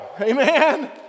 Amen